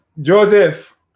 Joseph